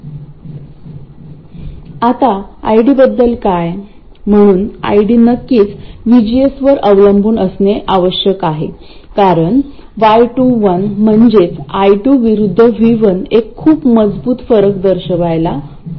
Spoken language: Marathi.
आता ID बद्दल काय म्हणून ID नक्कीच VGS वर अवलंबून असणे आवश्यक आहे कारण y21 म्हणजेच I2 विरुद्ध V1 एक खूप मजबूत फरक दर्शवायला हवा